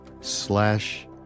slash